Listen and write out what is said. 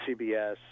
CBS